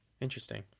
Interesting